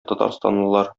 татарстанлылар